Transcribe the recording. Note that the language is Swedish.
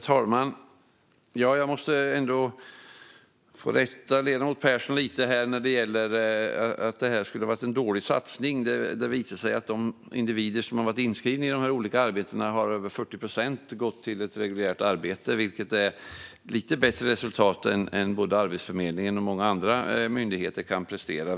Herr talman! Jag måste ändå rätta ledamoten Persson lite när det gäller att det här skulle ha varit en dålig satsning. Det har visat sig att över 40 procent av de individer som varit inskrivna för de här olika arbetena har gått till reguljärt arbete, vilket är ett lite bättre resultat än både Arbetsförmedlingen och många andra myndigheter kan prestera.